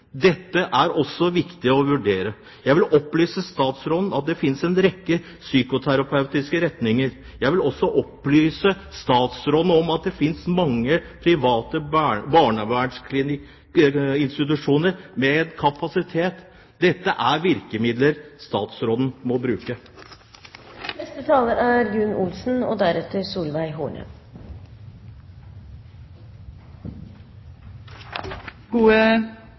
Dette er det også viktig å vurdere. Jeg vil opplyse statsråden om at det finnes en rekke psykoterapeutiske retninger. Jeg vil også opplyse statsråden om at det finnes mange private barnevernsinstitusjoner med kapasitet. Dette er virkemidler statsråden må